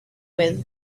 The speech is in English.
with